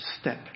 step